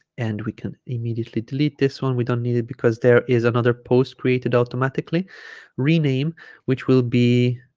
and we can immediately delete this one we don't need it because there is another post created automatically rename which will be